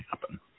happen